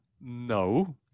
No